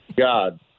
God